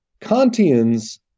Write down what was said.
Kantians